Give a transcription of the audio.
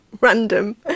random